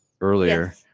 earlier